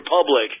public